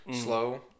slow